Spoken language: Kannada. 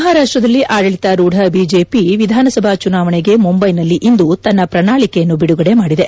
ಮಹಾರಾಷ್ಷದಲ್ಲಿ ಆಡಳಿತಾರೂಡ ಬಿಜೆಪಿ ವಿಧಾನಸಭಾ ಚುನಾವಣೆಗೆ ಮುಂಬೈನಲ್ಲಿ ಇಂದು ತನ್ನ ಪ್ರಣಾಳಿಕೆಯನ್ನು ಬಿಡುಗಡೆ ಮಾಡಿದೆ